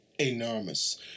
enormous